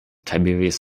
tiberius